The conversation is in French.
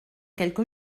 quelque